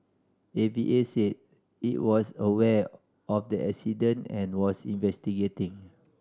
A V A said it was aware of the incident and was investigating